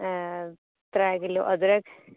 त्रै किल्लो अदरक